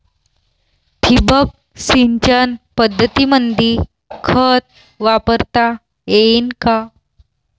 ठिबक सिंचन पद्धतीमंदी खत वापरता येईन का?